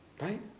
right